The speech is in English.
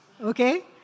okay